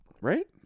Right